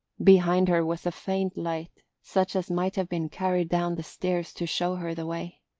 behind her was a faint light, such as might have been carried down the stairs to show her the way.